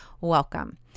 Welcome